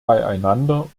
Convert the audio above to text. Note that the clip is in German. beieinander